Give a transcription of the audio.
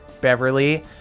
Beverly